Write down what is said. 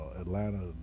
Atlanta